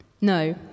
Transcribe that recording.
no